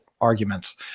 arguments